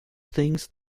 things